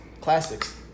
Classics